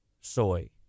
soy